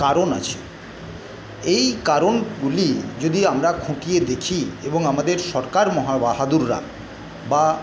কারণ আছে এই কারণগুলি যদি আমরা খুঁটিয়ে দেখি এবং আমাদের সরকার মহা বাহাদুররা বা